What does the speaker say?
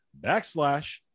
backslash